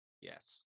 Yes